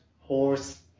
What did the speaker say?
horse